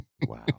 Wow